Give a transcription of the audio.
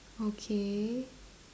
okay